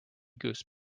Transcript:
goose